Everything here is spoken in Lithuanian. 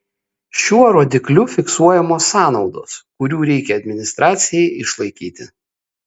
šiuo rodikliu fiksuojamos sąnaudos kurių reikia administracijai išlaikyti